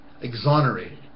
exonerated